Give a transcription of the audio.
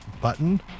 button